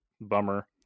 Bummer